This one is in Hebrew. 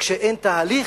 כשאין תהליך,